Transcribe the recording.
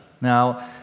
Now